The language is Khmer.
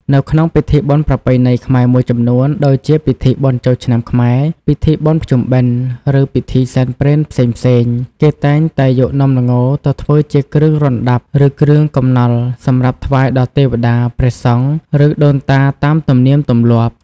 នៅក្នុងពិធីបុណ្យប្រពៃណីខ្មែរមួយចំនួន ដូចជាពិធីបុណ្យចូលឆ្នាំខ្មែរ ពិធីបុណ្យភ្ជុំបិណ្ឌ ឬពិធីសែនព្រេនផ្សេងៗ គេតែងតែយកនំល្ងទៅធ្វើជា គ្រឿងរណ្ដាប់ ឬគ្រឿងកំនល់ សម្រាប់ថ្វាយដល់ទេវតា ព្រះសង្ឃ ឬដូនតាតាមទំនៀមទម្លាប់។